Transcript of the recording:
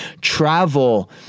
travel